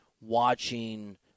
watching